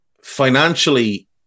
financially